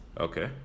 Okay